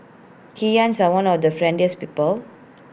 Kenyans are one of the friendliest people